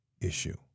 issue